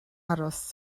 aros